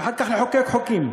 ואחר כך תחוקקו חוקים.